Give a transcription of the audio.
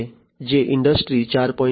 0 industry 4